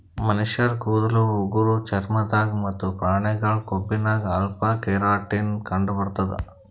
ಮನಶ್ಶರ್ ಕೂದಲ್ ಉಗುರ್ ಚರ್ಮ ದಾಗ್ ಮತ್ತ್ ಪ್ರಾಣಿಗಳ್ ಕೊಂಬಿನಾಗ್ ಅಲ್ಫಾ ಕೆರಾಟಿನ್ ಕಂಡಬರ್ತದ್